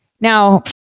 Now